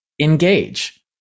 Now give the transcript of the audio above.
Engage